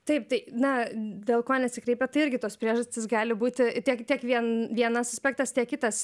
taip tai na dėl ko nesikreipia tai irgi tos priežastys gali būti tiek tiek vien vienas aspektas tiek kitas